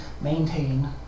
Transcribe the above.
maintain